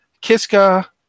Kiska